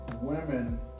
women